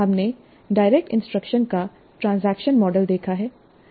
हमने direct instruction का transaction model देखा है